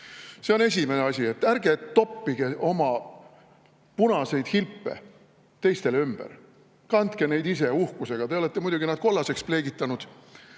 See on esimene asi, et ärge toppige oma punaseid hilpe teistele ümber! Kandke neid ise uhkusega! Te olete need muidugi kollaseks pleegitanud